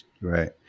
right